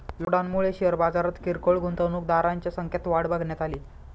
लॉकडाऊनमुळे शेअर बाजारात किरकोळ गुंतवणूकदारांच्या संख्यात वाढ बघण्यात अली